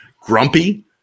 grumpy